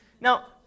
Now